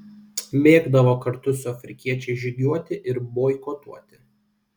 mėgdavo kartu su afrikiečiais žygiuoti ir boikotuoti